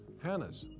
hannah's.